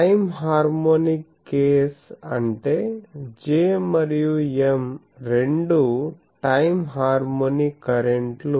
time harmonic case అంటే J మరియు M రెండూ టైం హార్మోనిక్ కరెంట్ లు